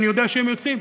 ואני יודע שהם יוצאים.